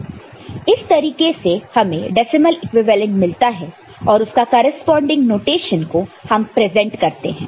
तो इस तरीके से हमें डेसिमल इक्विवेलेंट मिलता है और उसका करेस्पॉन्डिंग नोटेशन को हम प्रजेंट करते हैं